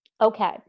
Okay